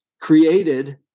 created